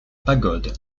pagode